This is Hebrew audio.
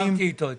דיברתי איתו אתמול.